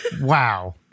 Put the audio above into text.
Wow